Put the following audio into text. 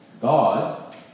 God